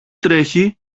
τρέχει